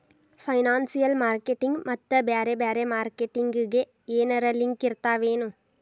Financial marketing ಮತ್ತ ಬ್ಯಾರೆ ಬ್ಯಾರೆ ಮಾರ್ಕೆಟಿಂಗ್ ಗೆ ಏನರಲಿಂಕಿರ್ತಾವೆನು?